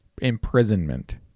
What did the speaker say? imprisonment